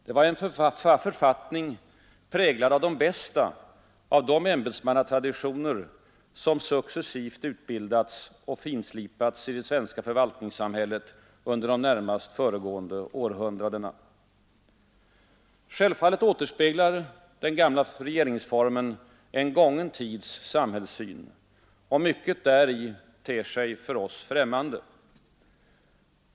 Den var en författning, präglad av de bästa av de ämbetsmannatraditioner som successivt utbildats och finslipats i det svenska förvaltningssamhället under de närmast föregående århundradena Självfallet återspeglar den gamla regeringsformen en gången tids samhällssyn, och mycket däri ter sig för oss främmande.